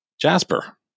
Jasper